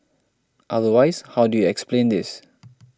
otherwise how do you explain this